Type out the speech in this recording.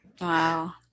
Wow